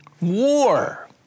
war